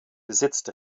besitzt